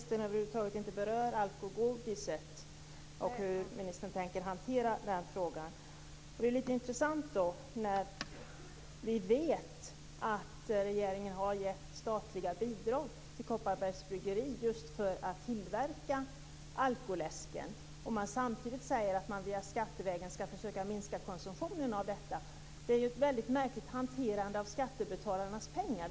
Herr talman! Jag noterar att socialministern över huvud taget inte berör frågan om alkogodiset och hur hon tänker hantera den. Eftersom vi vet att regeringen gett statliga bidrag till Kopparbergs bryggeri för att tillverka just alkoläsken är det intressant att socialministern samtidigt säger att regeringen skattevägen skall försöka minska konsumtionen. Det är ett märkligt hanterande av skattebetalarnas pengar!